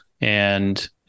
and-